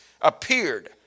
appeared